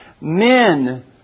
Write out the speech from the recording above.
men